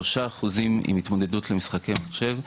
שלושה אחוזים עם התמודדות למשחקי מחשב,